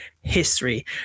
history